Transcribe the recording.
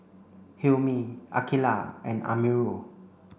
Hilmi Aqilah and Amirul